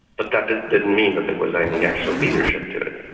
but that didn't didn't mean that there was any actual leadership to it.